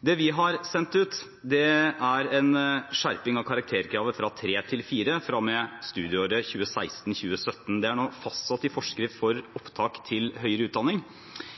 Det vi har sendt ut, er en skjerping av karakterkravet fra 3 til 4 fra og med studieåret 2016/2017. Det er nå fastsatt i forskrift for opptak til høyere utdanning.